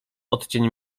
odcień